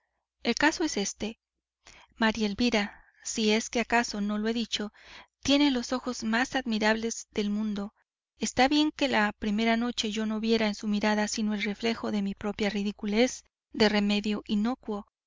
el caso es éste maría elvira si es que acaso no lo he dicho tiene los ojos más admirables del mundo está bien que la primera noche yo no viera en su mirada sino el reflejo de mi propia ridiculez de remedio innocuo